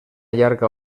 llarga